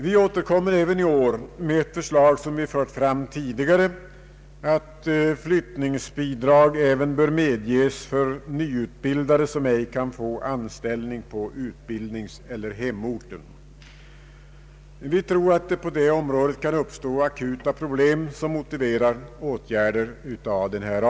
Vi återkommer också i år med ett förslag som vi fört fram tidigare, nämligen att flyttningsbidrag bör medges även nyutbildade som ej kan få anställning på utbildningseller hemorten. Vi tror att det på detta område kan uppstå akuta problem som motiverar åtgärder av denna art.